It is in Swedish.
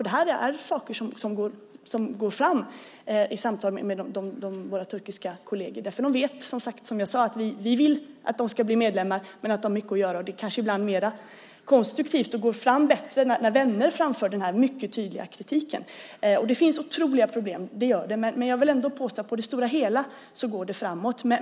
Detta är saker som går fram i samtalen med våra turkiska kolleger. Som jag sade vet de att vi vill att de ska bli medlemmar men att det finns mycket att göra. Kanske är det ibland också mer konstruktivt och går fram bättre när vänner framför denna mycket tydliga kritik. Det finns otroliga problem, men jag vill ändå påstå att det på det stora hela går framåt.